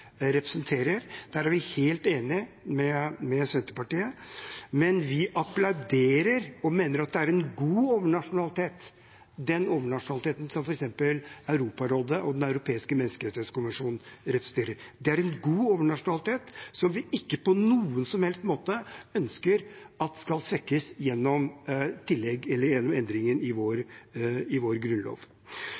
representerer. Der er vi helt enig med Senterpartiet. Men vi applauderer og mener at det er en god overnasjonalitet som f.eks. Europarådet og Den europeiske menneskerettskonvensjon representerer. Det er en god overnasjonalitet som vi ikke på noen som helst måte ønsker skal svekkes gjennom tillegg eller endringer i vår